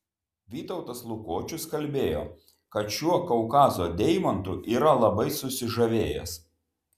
vytautas lukočius kalbėjo kad šiuo kaukazo deimantu yra labai susižavėjęs